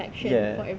ya